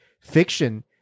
fiction